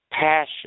passion